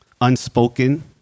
unspoken